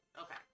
Okay